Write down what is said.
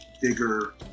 bigger